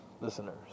listeners